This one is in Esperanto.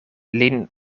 lin